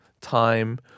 time